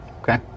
Okay